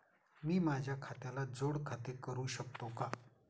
मी माझ्या खात्याला जोड खाते करू शकतो का?